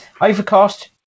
Overcast